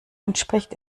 entspricht